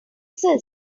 exist